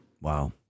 Wow